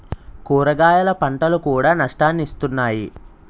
కూరగాయల పంటలు కూడా నష్టాన్ని ఇస్తున్నాయి